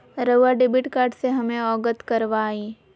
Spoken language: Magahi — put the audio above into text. रहुआ डेबिट कार्ड से हमें अवगत करवाआई?